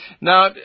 Now